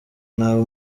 nabi